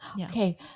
Okay